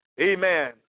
Amen